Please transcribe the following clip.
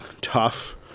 tough